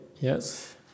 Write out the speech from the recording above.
Yes